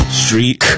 street